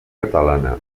catalana